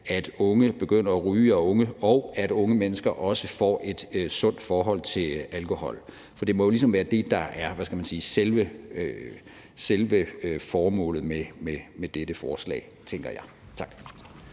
at unge begynder at ryge, og med henblik på at unge mennesker også får et sundt forhold til alkohol. For det må jo ligesom være det, der er selve formålet med dette forslag, tænker jeg. Tak.